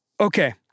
Okay